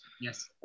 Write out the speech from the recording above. Yes